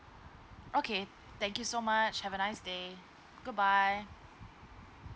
okay thank you so much have a nice day goodbye bye